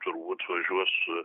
turbūt važiuos